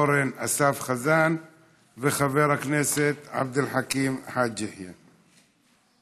אורן אסף חזן וחבר הכנסת עבד אל חכים חאג' יחיא.